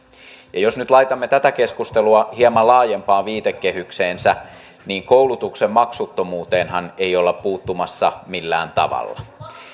ja jos nyt laitamme tätä keskustelua hieman laajempaan viitekehykseensä niin koulutuksen maksuttomuuteenhan ei olla puuttumassa millään tavalla